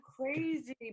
Crazy